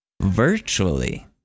Virtually